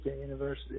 University